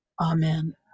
amen